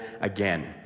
again